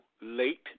late